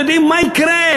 ויודעים: מה יקרה?